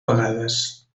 vegades